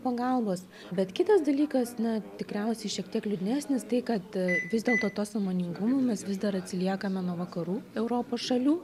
pagalbos bet kitas dalykas net tikriausiai šiek tiek liūdnesnis tai kad vis dėlto tas sąmoningumu mes vis dar atsiliekame nuo vakarų europos šalių